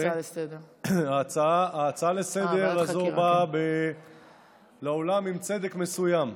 ההצעה לסדר-היום הזאת באה לעולם עם צדק מסוים.